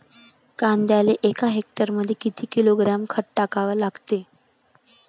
कांद्याले एका हेक्टरमंदी किती किलोग्रॅम खत टाकावं लागन?